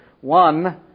One